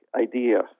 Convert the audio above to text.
idea